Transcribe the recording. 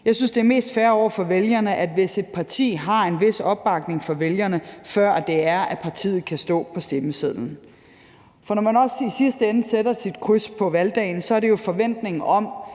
Jeg synes, det er mest fair over for vælgerne, at et parti har en vis opbakning fra vælgerne, før partiet kan stå på stemmesedlen. For når man i sidste ende sætter sit kryds på valgdagen, er det jo med en forventning om,